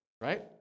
right